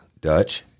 Dutch